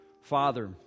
Father